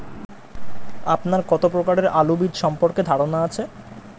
আপনার কত প্রকারের আলু বীজ সম্পর্কে ধারনা আছে?